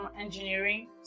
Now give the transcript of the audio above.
engineering